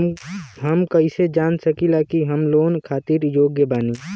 हम कईसे जान सकिला कि हम लोन खातिर योग्य बानी?